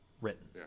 written